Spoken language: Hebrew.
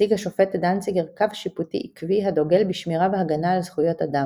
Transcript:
הציג השופט דנציגר קו שיפוטי עקבי הדוגל בשמירה והגנה על זכויות אדם.